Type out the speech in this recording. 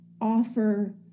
offer